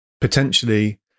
potentially